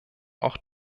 auch